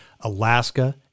Alaska